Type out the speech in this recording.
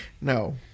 No